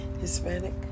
hispanic